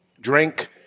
drink